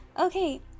Okay